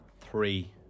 Three